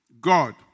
God